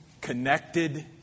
connected